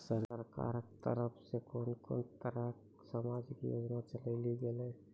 सरकारक तरफ सॅ कून कून तरहक समाजिक योजना चलेली गेलै ये?